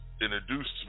introduced